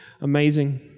Amazing